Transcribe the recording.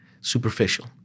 superficial